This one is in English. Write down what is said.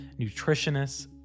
nutritionists